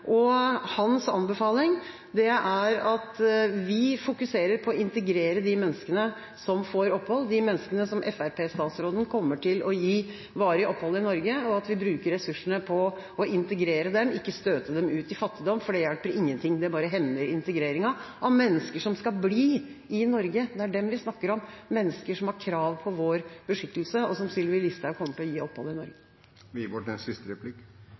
flyktningstrøm. Hans anbefaling er at vi fokuserer på å integrere de menneskene som får opphold, de menneskene som Fremskrittsparti-statsråden kommer til å gi varig opphold i Norge, og at vi bruker ressursene på å integrere dem og ikke støte dem ut i fattigdom, for det hjelper ingenting, det bare hemmer integreringen av mennesker som skal bli i Norge. Det er dem vi snakker om – mennesker som har krav på vår beskyttelse, og som Sylvi Listhaug kommer til å gi opphold i Norge. Først til